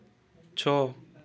ଛଅ